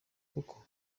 koko